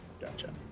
Gotcha